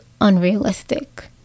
unrealistic